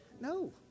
no